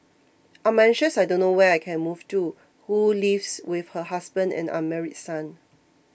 I'm anxious I don't know where I can move to who lives with her husband and unmarried son